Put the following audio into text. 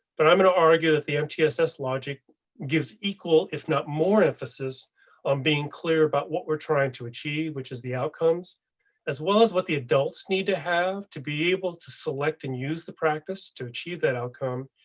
but i'm going to argue that the mtss logic gives equal, if not more, emphasis on being clear about what we're trying to achieve, which is the outcomes as well as what the adults need to have to be able to select and use the practice to achieve that outcome,